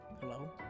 Hello